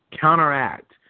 counteract